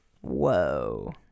Whoa